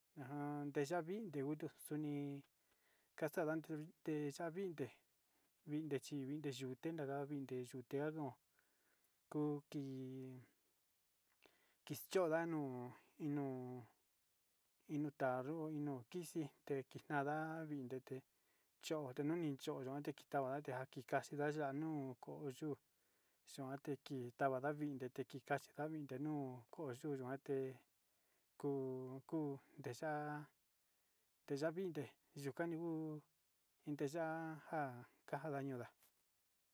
Ajan tiyá vinte kutu xuni, kixa'a nda ndute tiya vinde vinde chi vinde kunda kuu vinde xuan no'o, uki kichondanu inu inutayu inu kixi kii kinanda kindate cho inene cho inene yuande kitate kantika chindaya ya nuu ko'o yuu no'o yuante kii tavanda vinde té kikaxi tan nde nuu oyuu yute nduku keya'a teya vinde kani nguu inte ya'á nja kanja ndañunda.